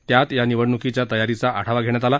त्यात या निवडणूकीच्या तयारीचा आढावा घेण्यात आला